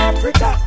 Africa